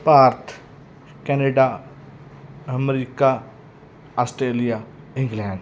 Bharat Canada America Australia England